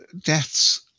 deaths